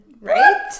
Right